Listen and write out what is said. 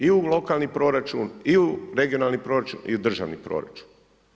I u lokalni proračun i u regionalni proračun i u državni proračun.